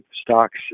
stocks